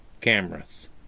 cameras